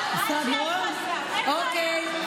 אוקיי,